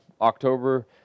October